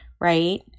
right